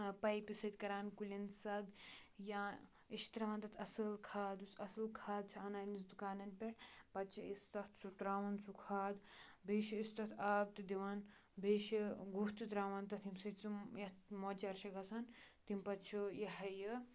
پایپہِ سۭتۍ کَران کُلٮ۪ن سَگ یا أسۍ چھِ ترٛاوان تَتھ اَصٕل کھاد یُس اَصٕل کھاد چھِ اَنان أسۍ دُکانَن پٮ۪ٹھ پَتہٕ چھِ أسۍ تَتھ سُہ ترٛاوان سُہ کھاد بیٚیہِ چھِ أسۍ تَتھ آب تہِ دِوان بیٚیہِ چھِ گُہہ تہِ ترٛاوان تَتھ ییٚمہِ سۭتۍ سُہ یَتھ مۄچَر چھِ گژھان تمہِ پَتہٕ چھُ یہِ ہَے یہِ